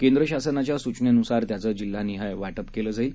केंद्र शासनाच्या सूचनेनुसार त्याचे जिल्हानिहाय वाटप केले जाणार आहे